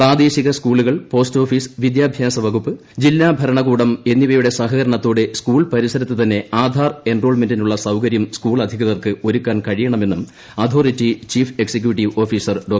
പ്രാദേശിക സ്കൂളുകൾ പോസ്റ്റ്ഓഫീസ് വിദ്യാഭ്യാസ വകുപ്പ് ജില്ലാ ഭരണകൂടം എന്നിവയുടെ സഹകരണത്തോടെ സ്കൂൾ പരിസരത്ത് തന്നെ ആധാർ എൻറോൾമെന്റിനുള്ള സൌകര്യം സ്കൂൾ അധികൃതർക്ക് ഒരുക്കാൻ കഴിയണമെന്നും അതോറിറ്റി ചീഫ് എക്സിക്യൂട്ടീവ് ഓഫീസർ ഡോ